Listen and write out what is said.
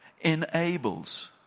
enables